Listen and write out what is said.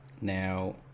Now